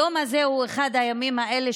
היום הזה הוא אחד הימים האלה.